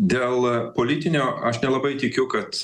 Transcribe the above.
dėl politinio aš nelabai tikiu kad